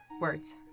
Words